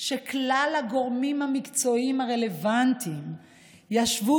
שכלל הגורמים המקצועיים הרלוונטיים ישבו